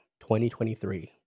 2023